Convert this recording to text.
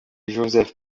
joseph